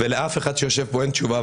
ולאף אחד שיושב פה אין תשובה.